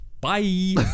Bye